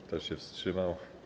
Kto się wstrzymał?